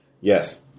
Yes